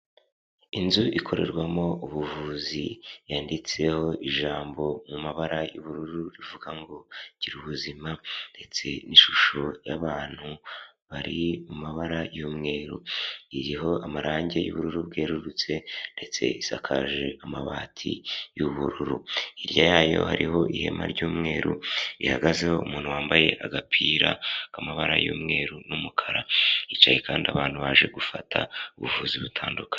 Inzu ikorerwamo ubuvuzi yanditseho ijambo mu mabara y'ubururu rivuga ngo gira ubuzima ndetse n'ishusho y'abantu bari mu mabara y'umweru. Iriho amarangi yubururu bwerurutse ndetse isakaje amabati y'ubururu, hirya yayo hariho ihema ry'umweru rihagazeho umuntu wambaye agapira k'amabara y'umweru n'umukara, hicaye kandi abantu baje gufata ubuvuzi butandukanye.